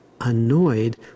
annoyed